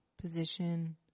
position